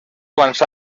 quants